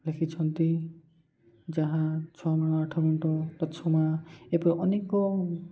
ଲେଖିଛନ୍ତି ଯାହା ଛ ମାଣ ଆଠ ଗୁଣ୍ଠ ଲଛମା ଏପରି ଅନେକ